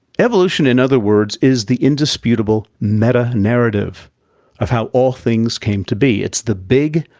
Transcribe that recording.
evolution, in other words, is the indisputable meta-narrative of how all things came to be it's the big,